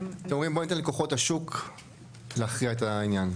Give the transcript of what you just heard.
--- אתם אומרים שבואו ניתן לכוחות השוק להכריע את העניין.